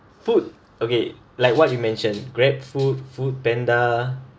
food okay like what you mentioned grabfood foodpanda